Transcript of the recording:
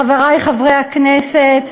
חברי חברי הכנסת,